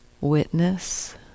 witness